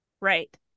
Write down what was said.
Right